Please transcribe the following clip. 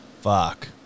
Fuck